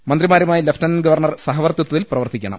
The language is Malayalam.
മന്ത്രിമാരുമായി ലഫ്റ്റനന്റ് ഗവർണർ സഹവർത്തിത്വത്തിൽ പ്രവർത്തിക്കണം